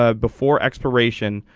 ah before expiration.